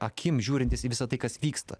akim žiūrintis į visa tai kas vyksta